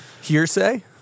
hearsay